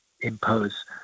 impose